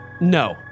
No